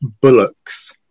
Bullocks